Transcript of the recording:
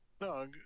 No